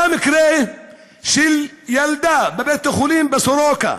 היה מקרה של ילדה בבית-החולים סורוקה.